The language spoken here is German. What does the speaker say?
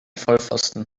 vollpfosten